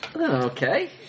Okay